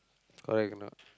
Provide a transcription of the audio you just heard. correct or not